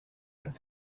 had